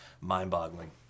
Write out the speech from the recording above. mind-boggling